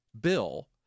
bill